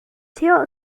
theo